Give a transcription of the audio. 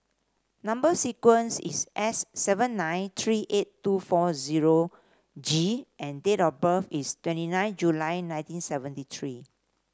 number sequence is S seven nine three eight two four zero G and date of birth is twenty nine July nineteen seventy three